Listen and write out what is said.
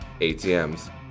atms